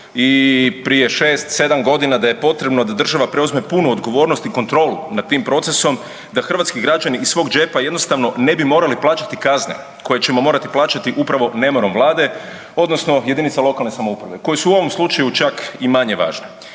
i prije 6-7.g. da je potrebno da država preuzme punu odgovornost i kontrolu nad tim procesom da hrvatski građani iz svog džepa jednostavno ne bi morali plaćati kazne koje ćemo morati plaćati upravo nemarom vlade odnosno JLS-ova koje su u ovom slučaju čak i manje važne.